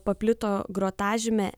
paplito grotažymė